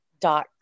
dot